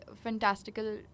fantastical